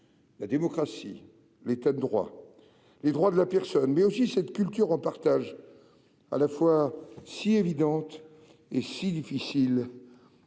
la démocratie, l'État de droit, les droits de la personne, mais aussi cette culture en partage, à la fois si évidente et si difficile